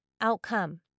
outcome